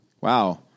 wow